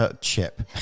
Chip